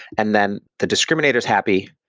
and then the discriminator is happy.